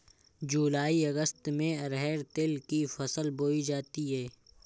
जूलाई अगस्त में अरहर तिल की फसल बोई जाती हैं